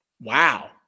Wow